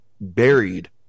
buried